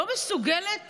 לא מסוגלת